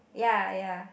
ya ya